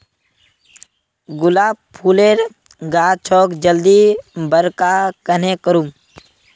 गुलाब फूलेर गाछोक जल्दी बड़का कन्हे करूम?